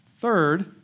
Third